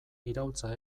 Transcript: iraultza